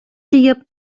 җыеп